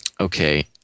okay